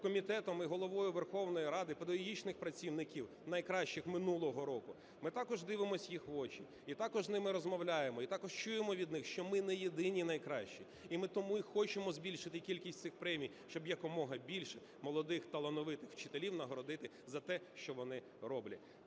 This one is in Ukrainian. комітетом і Головою Верховної Ради педагогічних працівників найкращих минулого року, ми також дивимося в їх очі і також з ними розмовляємо, і також чуємо від них, що ми не єдині найкращі. І ми тому й хочемо збільшити кількість цих премій, щоб якомога більше молодих талановитих вчителів нагородити за те, що вони роблять.